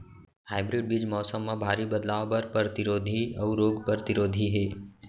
hybrid बीज मौसम मा भारी बदलाव बर परतिरोधी अऊ रोग परतिरोधी हे